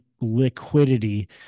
liquidity